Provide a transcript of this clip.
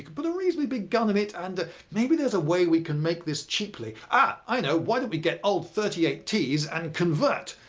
but a reasonably big gun in it. and maybe there's a way we can make this cheaply. ah, i know! why don't we get old thirty eight t s and convert.